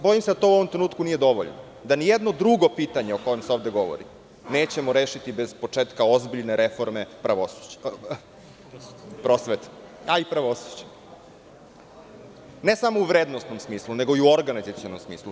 Bojim se da to u ovom trenutku nije dovoljno da ni jedno drugo pitanje o kojem se ovde govori, nećemo rešiti bez početka ozbiljne reforme prosvete, a i pravosuđa ne samo u vrednosnom smislu nego i u organizacionom smislu.